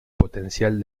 potencial